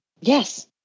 Yes